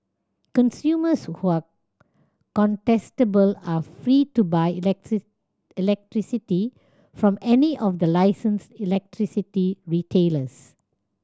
consumers who are contestable are free to buy electricity from any of the licensed electricity retailers